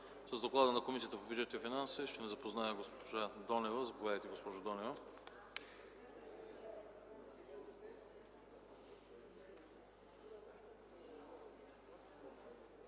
С доклада на Комисията по бюджет и финанси ще ни запознае госпожа Донева. Заповядайте, госпожо Донева.